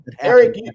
Eric